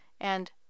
And